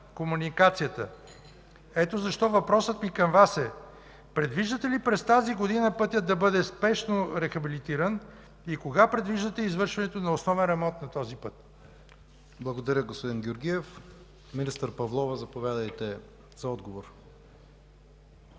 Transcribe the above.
е изтекло.) Ето защо въпросът ми към Вас е: предвиждате ли през тази година пътят да бъде спешно рехабилитиран и кога предвиждате извършването на основен ремонт на този път? ПРЕДСЕДАТЕЛ ИВАН К.ИВАНОВ: Благодаря, господин Георгиев. Министър Павлова, заповядайте за отговор.